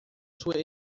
sua